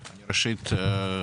ראשית,